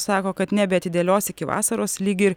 sako kad nebeatidėlios iki vasaros lyg ir